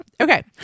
Okay